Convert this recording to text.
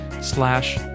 slash